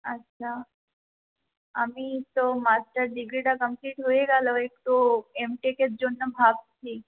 আচ্ছা আমি তো মাস্টার ডিগ্রিটা কমপ্লিট হয়ে গেল এই তো এম টেকের জন্য ভাবছি